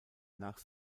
nach